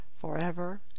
forever